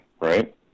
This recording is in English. right